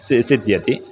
C सिध्यति